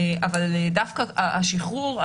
אבל דווקא השחרור,